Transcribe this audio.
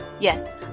Yes